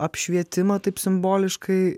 apšvietimą taip simboliškai